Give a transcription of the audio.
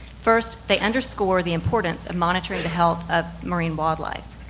first, they underscore the importance of monitoring the health of marine wildlife.